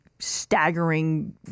staggering